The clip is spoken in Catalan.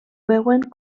veuen